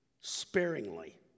sparingly